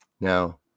Now